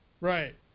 Right